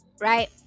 right